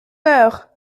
heure